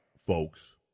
folks